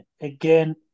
again